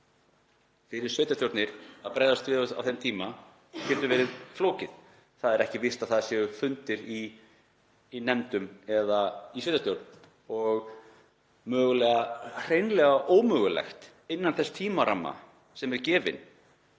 fyrir sveitarstjórnir að bregðast við á þeim tíma. Það er ekki víst að það séu fundir í nefndum eða í sveitarstjórn og kannski hreinlega ómögulegt, innan þess tímaramma sem er gefinn,